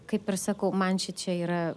kaip ir sakau man šičia yra